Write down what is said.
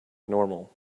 normal